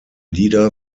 lieder